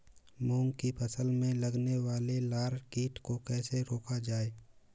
मूंग की फसल में लगने वाले लार कीट को कैसे रोका जाए?